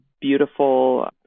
beautiful